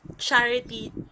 Charity